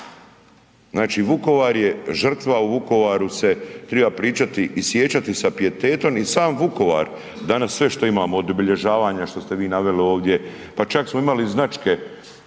Znači Vukovar je žrtva. O Vukovaru se treba pričati i sjećati sa pijetetom. I sam Vukovar danas sve što imamo od obilježavanja što ste vi naveli ovdje, pa čak smo imali i značke